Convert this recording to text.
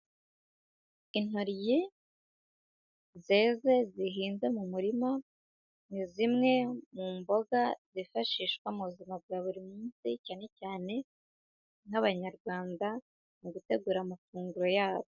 Intoryi zeze zihinze mu murima, ni zimwe mu mboga zifashishwa mu buzima bwa buri munsi, cyane cyane nk'Abanyarwanda mu gutegura amafunguro yabo.